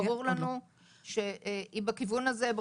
ברור לנו שהיא בכיוון הזה.